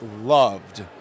loved